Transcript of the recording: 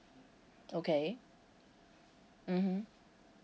okay mmhmm